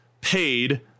paid